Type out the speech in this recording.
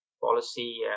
policy